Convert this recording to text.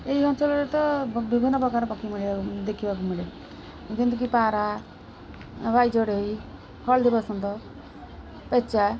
ଏହି ଅଞ୍ଚଳରେ ତ ବିଭିନ୍ନ ପ୍ରକାର ପକ୍ଷୀ ଦେଖିବାକୁ ମିଳେ ଯେମିତିକି ପାରା ବାଇଚଢ଼େଇ ହଳଦୀ ବସନ୍ତ ପେଚା